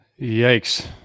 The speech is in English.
Yikes